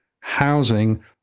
housing